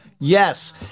Yes